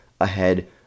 ahead